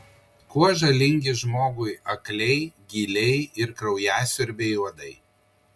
kuo žalingi žmogui akliai gyliai ir kraujasiurbiai uodai